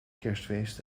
kerstfeest